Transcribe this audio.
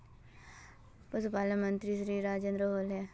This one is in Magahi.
पशुपालन मंत्री श्री राजेन्द्र होला?